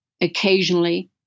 occasionally